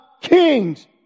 Kings